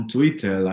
Twitter